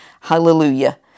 Hallelujah